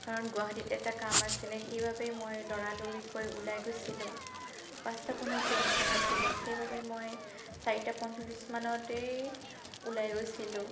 কাৰণ গুৱাহাটীত এটা কাম আছিলে সেইবাবে মই লৰালৰিকৈ ওলাই গৈছিলোঁ পাঁচটা পোন্ধৰত ট্ৰেইনখন আছিলে সেইবাবে মই চাৰিটা পঞ্চল্লিছ মানতেই ওলাই গৈছিলোঁ